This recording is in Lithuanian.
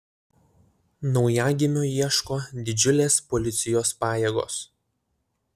naujagimio ieško didžiulės policijos pajėgos